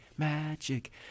Magic